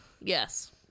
Yes